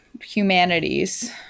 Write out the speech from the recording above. humanities